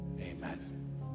Amen